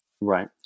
Right